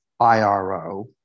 IRO